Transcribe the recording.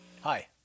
Hi